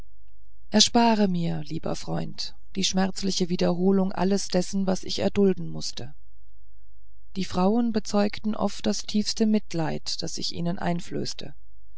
erspare mir lieber freund die schmerzliche wiederholung alles dessen was ich erdulden mußte die frauen bezeugten oft das tiefste mitleid das ich ihnen einflößte